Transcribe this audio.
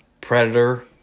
predator